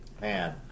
Man